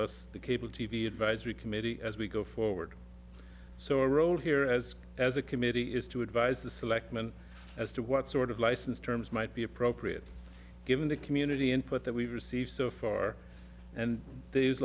us the cable t v advisory committee as we go forward so a role here as as a committee is to advise the selectmen as to what sort of license terms might be appropriate given the community input that we've received so far and the